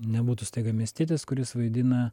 nebūtų staiga miestietis kuris vaidina